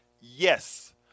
Yes